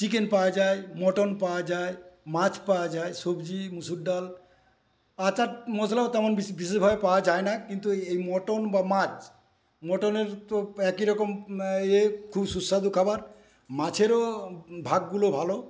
chicken পাওয়া যায় mutton পাওয়া যায় মাছ পাওয়া যায় সবজি মুসুর ডাল আচার মশলাও বিশেষ তেমন বিশেষভাবে পাওয়া যায় না কিন্তু এই মটন বা মাছ মটনের তো একই রকম ইয়ে খুব সুস্বাদু খাবার মাছেরও ভাগগুলো ভালো